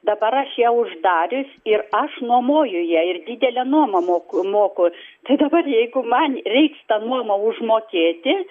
dabar aš ją uždarius ir aš nuomoju ją ir didelę nuomą moku moku tai dabar jeigu man reiks tą nuomą užmokėti